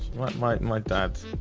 what might my dad's